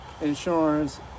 insurance